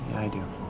i do.